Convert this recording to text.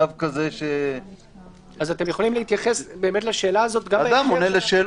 יכולים בכמה מילים להסביר את ההגבלה.